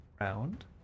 round